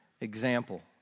example